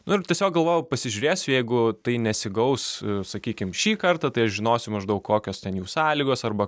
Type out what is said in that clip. nu ir tiesiog galvojau pasižiūrėsiu jeigu tai nesigaus sakykim šį kartą tai aš žinosiu maždaug kokios ten jų sąlygos arba